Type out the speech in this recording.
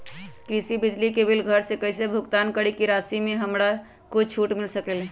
कृषि बिजली के बिल घर से कईसे भुगतान करी की राशि मे हमरा कुछ छूट मिल सकेले?